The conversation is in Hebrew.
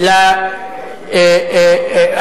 זה "אאוטינג".